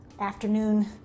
afternoon